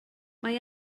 mae